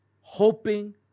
Hoping